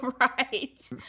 Right